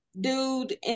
dude